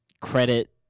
credit